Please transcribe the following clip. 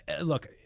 look